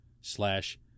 slash